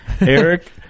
Eric